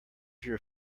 your